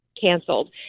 canceled